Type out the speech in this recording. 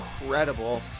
incredible